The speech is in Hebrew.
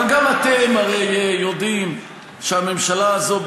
אבל גם אתם הרי יודעים שהממשלה הזאת,